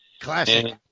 Classic